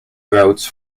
routes